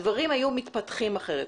הדברים היו מתפתחים אחרת.